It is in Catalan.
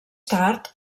tard